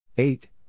Eight